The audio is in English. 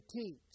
teach